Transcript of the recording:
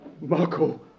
Marco